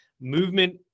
movement